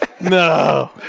No